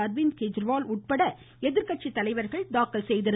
அர்விந்த் கெஜ்ரிவால் உட்பட எதிர்கட்சித்தலைவர்கள் தாக்கல் செய்திருந்தனர்